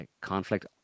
conflict